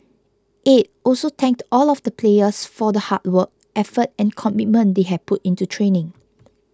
aide also thanked all of the players for the hard work effort and commitment they had put into training